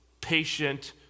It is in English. patient